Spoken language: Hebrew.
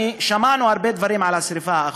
שמענו הרבה דברים על השרפה האחרונה,